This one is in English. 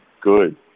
good